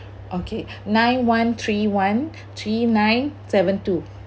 okay nine one three one three nine seven two